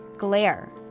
glare